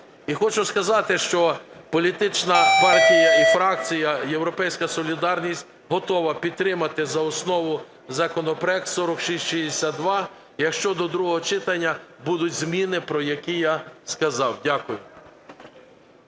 І хочу сказати, що політична партія і фракція "Європейська солідарність" готова підтримати за основу законопроект 4662, якщо до другого читання будуть зміни, про які я сказав. Дякую.